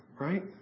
right